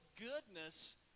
goodness